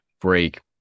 break